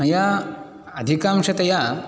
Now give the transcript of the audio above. मया अधिकांशतया